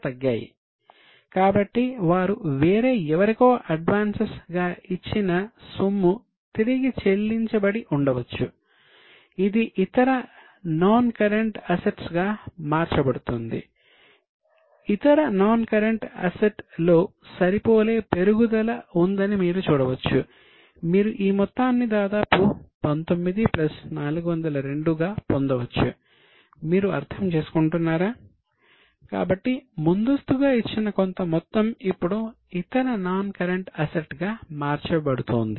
తరువాత మనకు non current ఇన్వెస్ట్మెంట్స్గా మార్చబడుతోంది